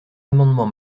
amendement